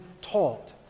taught